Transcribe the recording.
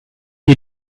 you